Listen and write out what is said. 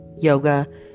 yoga